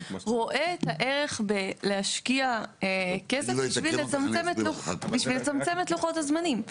רואה את הערך בלהשקיע כסף בשביל לצמצם את לוחות הזמנים.